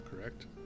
correct